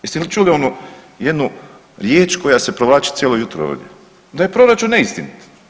Jeste li čuli onu jednu riječ koja se provlači cijelo jutro ovdje da je proračun neistinit.